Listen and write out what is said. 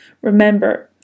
Remember